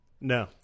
No